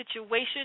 situation